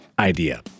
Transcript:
idea